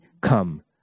come